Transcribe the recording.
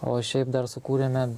o šiaip dar sukūrėme